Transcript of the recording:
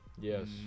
Yes